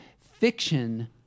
Fiction